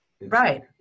right